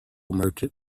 merchant